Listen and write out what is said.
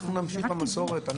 נמשיך עם המסורת,